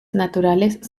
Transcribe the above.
naturales